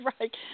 right